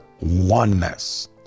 oneness